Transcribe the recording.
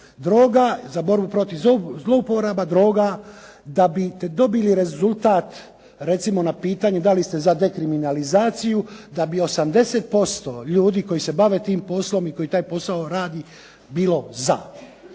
droge, za borbu protiv zlouporaba droga da bi dobili rezultat, recimo na pitanje da li ste za dekriminalizaciju, da bi 80% ljudi koji se bave tim poslom i koji taj posao radi, bilo za.